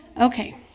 Okay